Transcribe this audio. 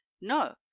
no